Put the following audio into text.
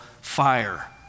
fire